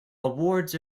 awards